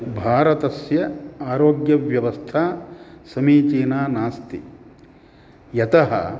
भारतस्य आरोग्यव्यवस्था समीचीना नास्ति यतः